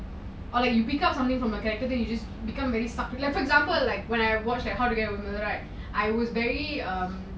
or like you pick up something from a character you just become very stuck like for example like when I watch that how I met your mother right I was very um